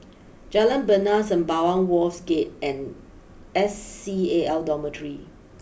Jalan Bena Sembawang Wharves Gate and S C A L Dormitory